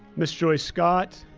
miss joyce scott,